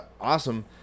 awesome